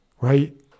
Right